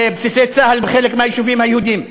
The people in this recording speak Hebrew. בסיסי צה"ל בחלק מהיישובים היהודיים,